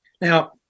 Now